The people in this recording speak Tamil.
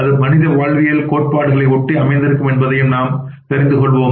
அது மனித வாழ்வியல் கோட்பாடுகள் ஒட்டி அமைந்திருக்கும் என்பதையும் நாம் தெரிந்து கொள்வோமாக